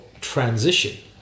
transition